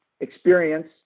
experience